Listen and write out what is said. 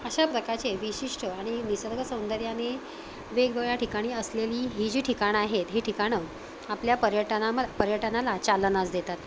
अशा प्रकारचे विशिष्ट आणि निसर्गसौंदर्याने वेगवेगळ्या ठिकाणी असलेली ही जी ठिकाणं आहेत ही ठिकाणं आपल्या पर्यटनाम पर्यटनाला चालनाच देतात